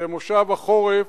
למושב החורף,